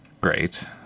great